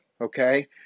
Okay